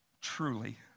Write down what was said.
truly